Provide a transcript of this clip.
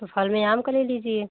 तो फल में आम का ले लीजिए